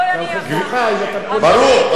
לא אני יזמתי, ברור.